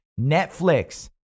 Netflix